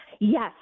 Yes